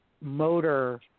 motor